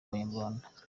w’abanyarwanda